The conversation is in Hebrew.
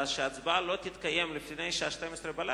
שההצבעה לא תתקיים לפני השעה 24:00,